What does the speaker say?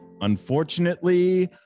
unfortunately